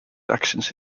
actions